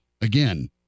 again